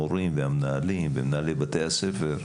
המורים והמנהלים ומנהלי בתי הספר,